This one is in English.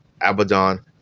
Abaddon